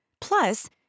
Plus